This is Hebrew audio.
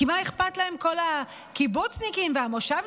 כי מה אכפת להם מכל הקיבוצניקים והמושבניקים